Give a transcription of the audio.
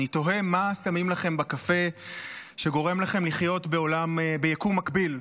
אני תוהה מה שמים לכם בקפה שגורם לכם לחיות ביקום מקביל,